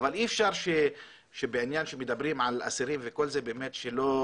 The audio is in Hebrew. אבל אי אפשר שכשמדברים על אסירים וכל זה לא לציין